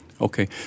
Okay